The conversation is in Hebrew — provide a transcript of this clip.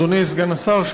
אדוני סגן השר,